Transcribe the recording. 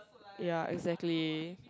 ya exactly